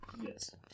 Yes